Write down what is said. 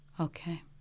Okay